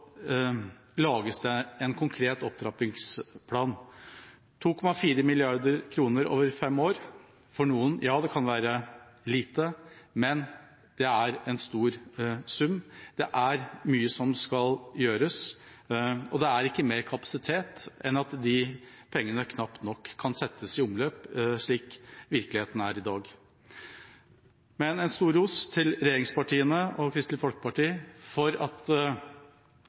lages det en konkret opptrappingsplan – 2,4 mrd. kr over fem år, som for noen kan være lite, men det er en stor sum. Det er mye som skal gjøres, og det er ikke mer kapasitet enn at de pengene knapt nok kan settes i omløp, slik virkeligheten er i dag. Men en stor ros til regjeringspartiene og Kristelig Folkeparti for at